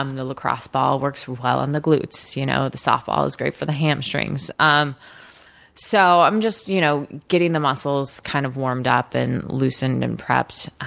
um the lacrosse ball works well on the gluts. you know the softball is great for the hamstrings. um so, i'm just you know getting the muscles kind of warmed up, and loosened, and prepped.